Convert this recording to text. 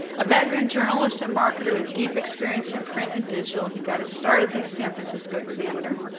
a veteran journalist and marketer with deep experience in print and digital, he got his start at the san francisco examiner.